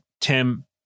Tim